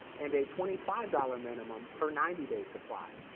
and a twenty five dollars minimum per ninety day supply.